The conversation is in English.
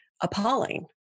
appalling